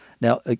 Now